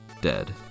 dead